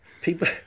People